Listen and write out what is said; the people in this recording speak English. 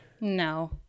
No